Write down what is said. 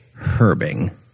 herbing